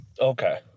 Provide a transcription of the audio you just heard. okay